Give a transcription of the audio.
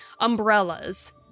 umbrellas